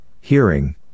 hearing